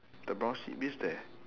the brown sheep is there